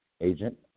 agent